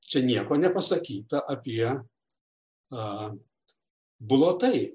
čia nieko nepasakyta apie bulotai